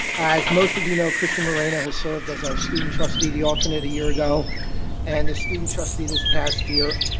as most of you know cristian moreno has served as our student trustee, the alternate a year ago and the student trustee this past year.